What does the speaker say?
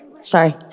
sorry